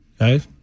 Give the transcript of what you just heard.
Okay